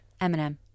Eminem